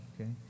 okay